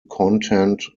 content